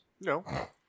No